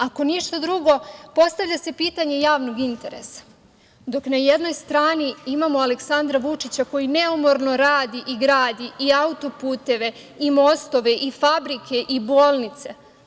Ako ništa drugo, postavlja se pitanje javnog interesa, dok na jednoj strani imamo Aleksandra Vučića koji neumorno radi i gradi i auto-puteve i mostove i fabrike i bolnice.